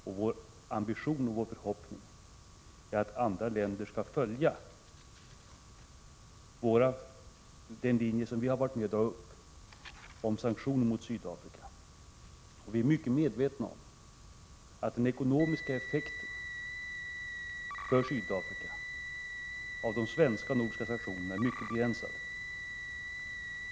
Vår ambition och vår förhoppning är att andra länder skall följa den linje vi har varit med om att dra upp för sanktioner mot Sydafrika. Vi är mycket medvetna om att den ekonomiska effekten för Sydafrika av de svenska och nordiska sanktionerna är mycket begränsad.